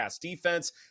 defense